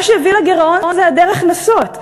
מה שהביא לגירעון זה היעדר הכנסות,